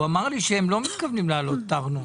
הוא אמר לי שהם לא מתכוונים להעלות את הארנונה.